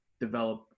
develop